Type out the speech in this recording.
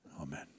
Amen